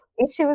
issues